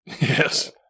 Yes